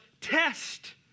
test